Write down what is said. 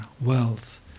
wealth